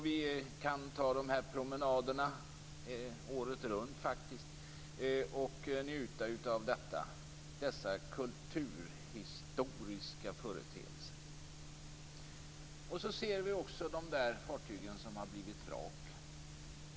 Vi kan ta promenader året runt och njuta av dessa kulturhistoriska företeelser. Vi ser också de fartyg som har blivit vrak.